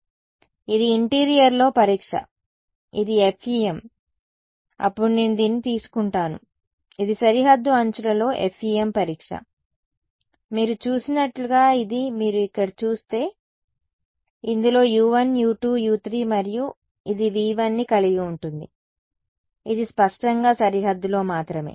కాబట్టి ఇది ఇంటీరియర్లో పరీక్ష ఇది FEM అప్పుడు నేను దీన్ని తీసుకుంటాను ఇది సరిహద్దు అంచులలో FEM పరీక్ష మీరు చూసినట్లుగా ఇది మీరు ఇక్కడ చూస్తే ఇందులో u1 u2 u3 మరియు ఇది v1 ని కలిగి ఉంటుంది ఇది స్పష్టంగా సరిహద్దులో మాత్రమే